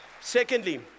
Secondly